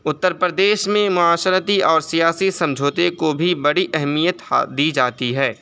اترپردیش میں معاشرتی اور سیاسی سمجھوتے کو بھی بڑی اہمیت ہاں دی جاتی ہے